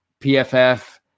PFF